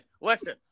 Listen